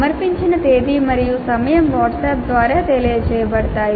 సమర్పించిన తేదీ మరియు సమయం వాట్సాప్ ద్వారా తెలియజేయబడతాయి